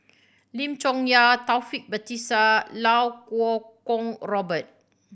Lim Chong Yah Taufik Batisah Iau Kuo Kwong Robert